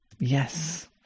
Yes